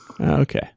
Okay